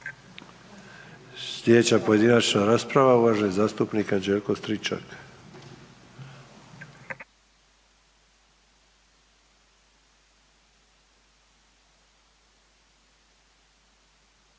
Sljedeća pojedinačna rasprava uvaženi zastupnik Anđelko Stričak.